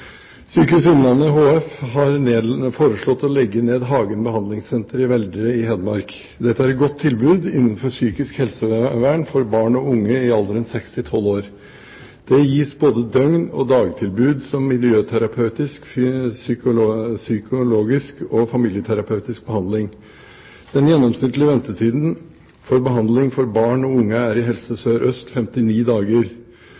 «Sykehuset Innlandet HF har foreslått å legge ned Hagen behandlingssenter i Veldre i Hedmark. Dette er et godt tilbud innenfor psykisk helsevern for barn og unge i alderen 6–12 år. Det gis både døgn- og dagtilbud om miljøterapeutisk, psykologisk og familieterapeutisk behandling. Den gjennomsnittlige ventetiden for behandling for barn og unge er i Helse